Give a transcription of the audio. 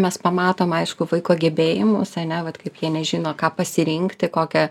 mes pamatom aišku vaiko gebėjimus ane vat kaip jie nežino ką pasirinkti kokią